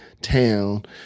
town